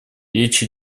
речь